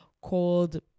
called